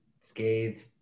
Scathed